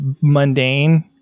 mundane